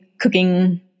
cooking